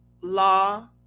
law